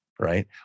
right